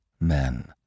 men